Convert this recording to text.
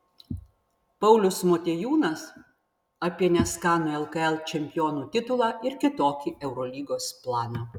paulius motiejūnas apie neskanų lkl čempionų titulą ir kitokį eurolygos planą